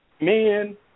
men